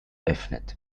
öffnet